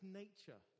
nature